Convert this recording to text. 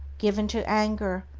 given to anger,